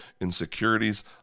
insecurities